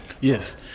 Yes